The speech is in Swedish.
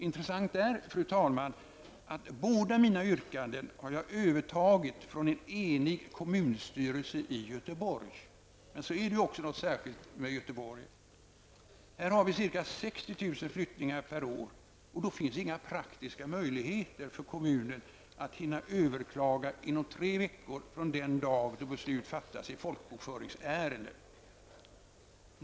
Intressant är, fru talman, att båda mina yrkanden har jag övertagit från en enig kommunstyrelse i Göteborg. Men så är det också något särskilt med Göteborg. Här har vi ca 60 000 flyttningar per år, och då finns det inga praktiska möjligheter för kommunen att hinna överklaga inom tre veckor från den dag då beslut fattats i folkbokföringsärendet.